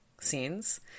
scenes